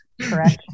correct